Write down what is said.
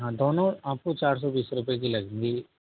हाँ दोनों आपको चार सौ बीस रुपये की लगेंगी